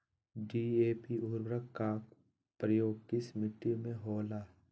DAP उर्वरक का प्रयोग किस मिट्टी में होला?